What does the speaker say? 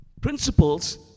Principles